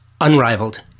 unrivaled